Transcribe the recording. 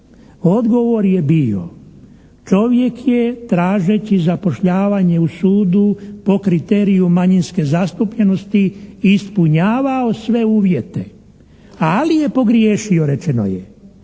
Odgovor je bio: čovjek je tražeći zapošljavanje u sudu po kriteriju manjinske zastupljenosti ispunjavao sve uvjete, ali je pogriješio rečeno je.